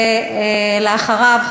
אחריו,